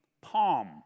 palm